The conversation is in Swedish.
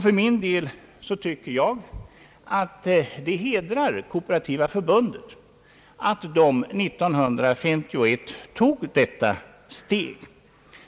För min del tycker jag att det hedrar Kooperativa förbundet att förbundet år 1951 tog detta steg.